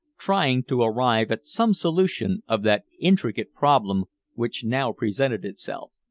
trying to arrive at some solution of that intricate problem which now presented itself.